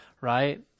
right